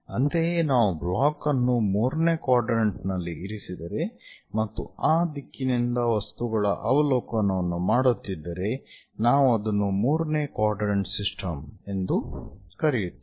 ಅಂತೆಯೇ ನಾವು ಬ್ಲಾಕ್ ಅನ್ನು ಮೂರನೇ ಕ್ವಾಡ್ರೆಂಟ್ ನಲ್ಲಿ ಇರಿಸಿದರೆ ಮತ್ತು ಆ ದಿಕ್ಕಿನಿಂದ ವಸ್ತುಗಳ ಅವಲೋಕನವನ್ನು ಮಾಡುತ್ತಿದ್ದರೆ ನಾವು ಅದನ್ನು ಮೂರನೇ ಕ್ವಾಡ್ರೆಂಟ್ ಸಿಸ್ಟಮ್ ಎಂದು ಕರೆಯುತ್ತೇವೆ